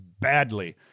badly